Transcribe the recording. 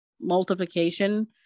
multiplication